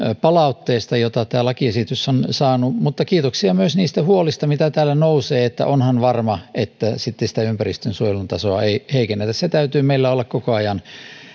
palautteesta jota tämä lakiesitys on saanut mutta kiitoksia myös niistä huolista mitä täällä nousee että onhan varma että sitten sitä ympäristönsuojelun tasoa ei heikennetä sen täytyy meillä olla koko ajan